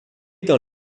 dans